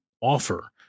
offer